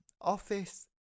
Office